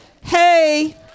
Hey